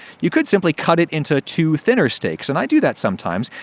you could simply cut it into two thinner steaks, and i do that sometimes,